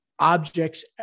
Objects